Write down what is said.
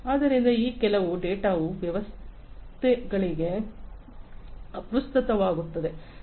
ಆದ್ದರಿಂದ ಕೆಲವು ಡೇಟಾವು ವ್ಯವಸ್ಥೆಗಳಿಗೆ ಅಪ್ರಸ್ತುತವಾಗುತ್ತದೆ